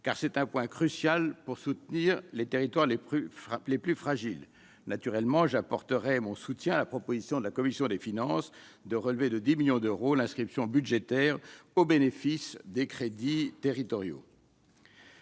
car c'est un point crucial pour soutenir les territoires les plus frappe les plus fragiles, naturellement j'apporterai mon soutien à la proposition de la commission des finances de relever de 10 millions d'euros, l'inscription budgétaire au bénéfice des crédits territoriaux.